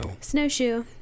snowshoe